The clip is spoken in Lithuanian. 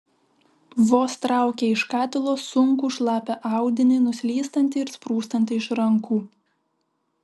vos traukė iš katilo sunkų šlapią audinį nuslystantį ir sprūstantį iš rankų